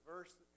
verse